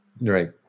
Right